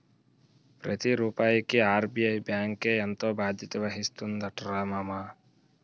ప్రతి రూపాయికి ఆర్.బి.ఐ బాంకే ఎంతో బాధ్యత వహిస్తుందటరా మామా